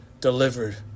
delivered